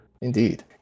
Indeed